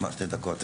מה שתי דקות?